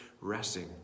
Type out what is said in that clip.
resting